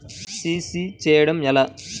CC చేయడము ఎలా?